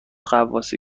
غواصی